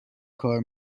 کار